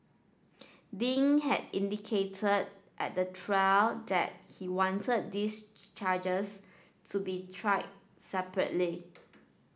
Ding had indicated at the trial that he wanted these charges to be tried separately